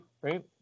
right